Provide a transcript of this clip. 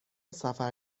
سفر